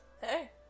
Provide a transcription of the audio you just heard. Hey